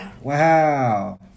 Wow